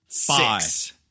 Five